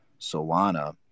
Solana